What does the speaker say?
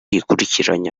yikurikiranya